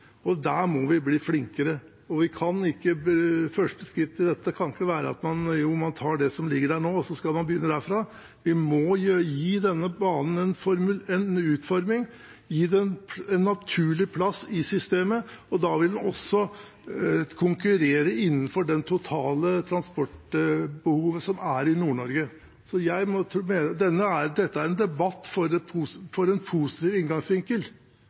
Der må vi bli flinkere. Første skritt i dette kan ikke være at man tar det som ligger der nå, og begynner derfra. Vi må gi denne banen en utforming og en naturlig plass i systemet. Da vil den også konkurrere innenfor det totale transportbehovet som er i Nord-Norge. Dette er en debatt for en positiv inngangsvinkel, og det har også vært min inngangsvinkel når jeg har vært saksordfører for denne saken. For